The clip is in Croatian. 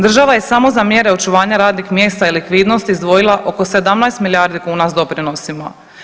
Država je samo za mjere očuvanja radnih mjesta i likvidnosti izdvojila oko 17 milijardi kuna s doprinosima.